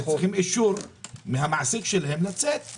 צריכים אישור מהמעסיק שלהם לצאת.